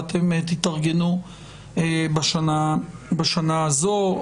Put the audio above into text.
ואתם תתארגנו בשנה הזאת.